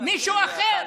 מישהו אחר,